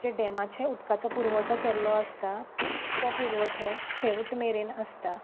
जें डॅमाचे उदकाचो पुरवठो केल्लो आसता तो पुरवठो शेवट मेरेन आसता